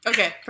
Okay